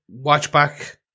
watchback